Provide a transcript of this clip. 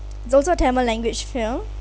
those are tamil language film